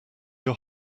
your